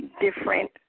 different